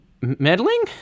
meddling